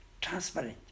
transparent